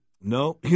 no